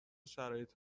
شرایط